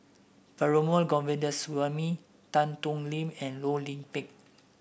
Perumal Govindaswamy Tan Thoon Lip and Loh Lik Peng